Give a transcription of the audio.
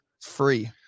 free